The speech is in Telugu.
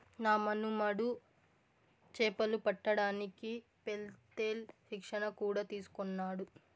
నా మనుమడు చేపలు పట్టడానికి పెత్తేల్ శిక్షణ కూడా తీసుకున్నాడు